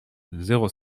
zéro